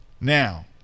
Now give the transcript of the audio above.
now